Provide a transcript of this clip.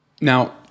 Now